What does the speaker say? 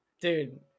Dude